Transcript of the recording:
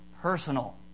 personal